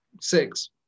six